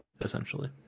essentially